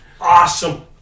Awesome